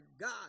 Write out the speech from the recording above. God